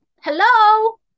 hello